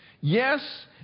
Yes